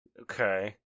Okay